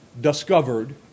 discovered